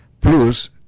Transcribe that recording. Plus